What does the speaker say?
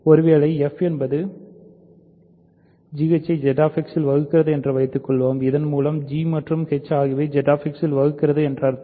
ஒருவேளை f என்பது gh ஐ ZX ல் வகுக்கிறது என்று வைத்துக்கொள்வோம் இதன் மூலம் நான் g மற்றும் h அகியவை ZX இல் இருக்கிறது என்று அர்த்தம்